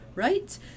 Right